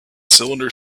cylinder